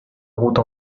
route